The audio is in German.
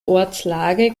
ortslage